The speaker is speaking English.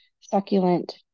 succulent